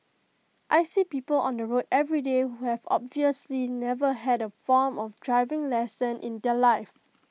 I see people on the road everyday who have obviously never had A formal of driving lesson in their life